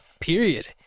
period